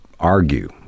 argue